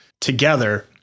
together